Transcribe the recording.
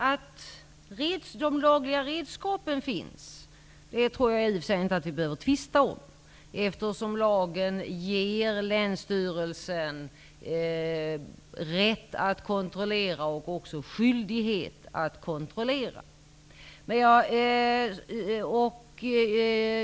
Fru talman! Jag tror inte att vi behöver tvista om att de lagliga redskapen finns, eftersom lagen ger länsstyrelsen rätt och skyldighet att kontrollera.